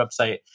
website